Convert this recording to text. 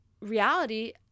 reality